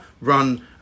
run